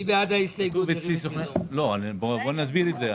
אני אסביר את זה.